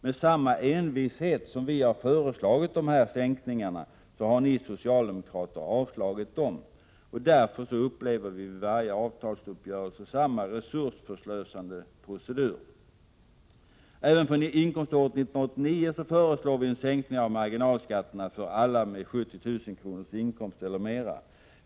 Med samma envishet som vi föreslagit dessa sänkningar har ni socialdemokrater avslagit dem. Därför upplever vi vid varje avtalsuppgörelse samma resursförslösande procedur. Även för inkomståret 1989 föreslår vi sänkning av marginalskatterna för alla med 70 000 kr. i inkomst eller mer.